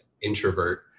introvert